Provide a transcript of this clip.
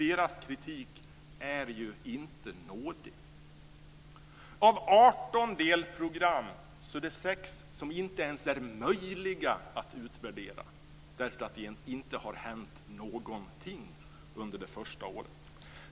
Dess kritik är inte nådig.